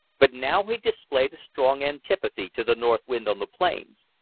but now he displayed a strong antipathy to the north wind on the plains.